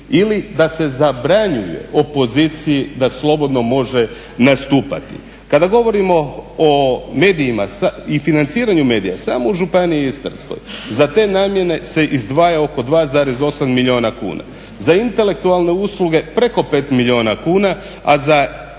ili da se zabranjuje opoziciji da slobodno može nastupati. Kada govorimo o medijima i financiranju medija samo u Županiji Istarskoj za te namjene se izdvaja oko 2,8 milijuna kuna. Za intelektualne usluge preko 5 milijuna kuna,